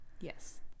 yes